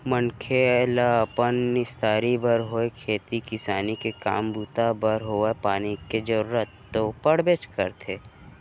मनखे ल अपन निस्तारी बर होय खेती किसानी के काम बूता बर होवय पानी के जरुरत तो पड़बे करथे